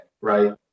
right